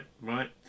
right